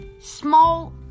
small